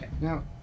Now